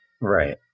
Right